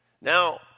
Now